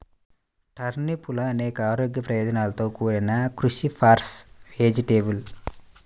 టర్నిప్లు అనేక ఆరోగ్య ప్రయోజనాలతో కూడిన క్రూసిఫరస్ వెజిటేబుల్